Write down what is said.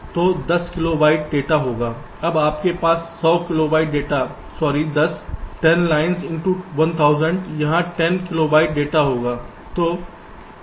तो यह 10 kilobyte data होगा तब आपके पास 100 kilobyte data sorry 10 10 lines into 1000 हाँ 10 किलोबाइट डेटा होगा